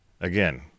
again